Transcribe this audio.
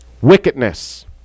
wickedness